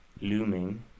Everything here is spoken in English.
looming